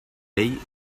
vell